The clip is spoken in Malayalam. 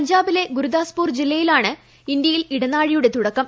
പഞ്ചാബിലെ ഗുരുദാസ്പൂർ ജില്ലയിലാണ് ഇന്തൃയിൽ ഇടനാഴിയുടെ തുടക്കം